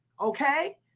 okay